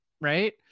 right